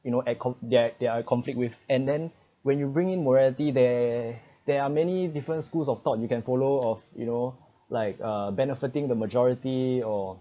you know at con~ they're they're conflict with and then when you bringing morality there there are many different schools of thought you can follow off you know like uh benefiting the majority or